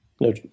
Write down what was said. No